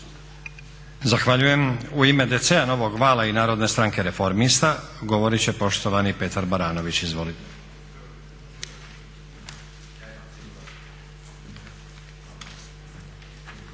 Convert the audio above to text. Zahvaljujem. U ime DC-a, Novog vala i narodne stranke reformista govorit će poštovani Petar Baranović. Izvolite.